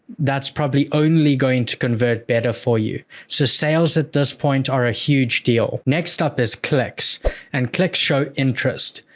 that's probably only going to convert better for you. so, sales at this point are a huge deal. next up is clicks and clicks show interest.